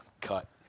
Cut